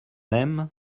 même